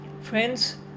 Friends